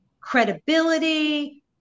credibility